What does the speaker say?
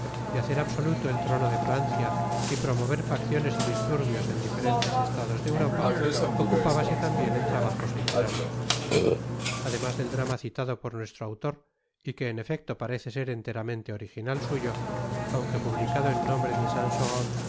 de hacer absotuto et trono de f rancia y promover facciones y disturbios en diferentes estados de europa ocupábase tambien en trabajos titerarios además det drama citado por nuestro autor y que en e fecto parece ser enteramente originat suyo aunque pubticado en nombre de